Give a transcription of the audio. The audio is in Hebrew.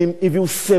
הביאו סבל,